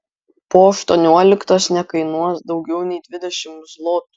po aštuonioliktos nekainuos daugiau nei dvidešimt zlotų